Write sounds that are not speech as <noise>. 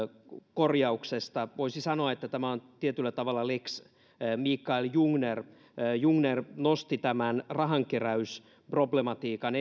korjauksesta voisi sanoa että tämä on tietyllä tavalla lex mikael jungner jungner nosti esille tämän rahankeräysproblematiikan <unintelligible>